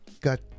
got